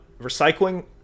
recycling